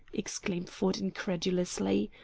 exclaimed ford incredulously,